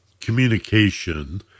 communication